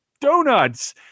donuts